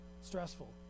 Stressful